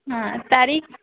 हां तारीख